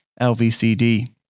LVCD